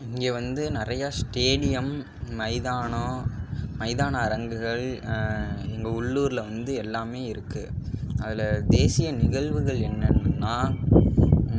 இங்கே வந்து நிறையா ஸ்டேடியம் மைதானம் மைதான அரங்குகள் எங்கள் உள்ளூரில் வந்து எல்லாமே இருக்கு அதில் தேசிய நிகழ்வுகள் என்னென்னன்னா